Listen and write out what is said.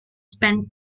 spent